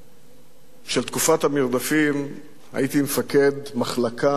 של תקופת המרדפים הייתי מפקד מחלקה ופלוגה,